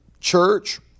church